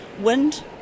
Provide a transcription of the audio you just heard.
wind